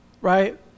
right